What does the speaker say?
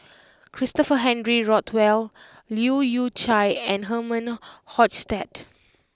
Christopher Henry Rothwell Leu Yew Chye and Herman Hochstadt